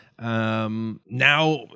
Now